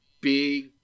big